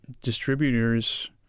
distributors